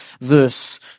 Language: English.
verse